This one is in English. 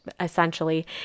essentially